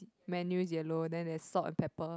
menu is yellow then there's salt and pepper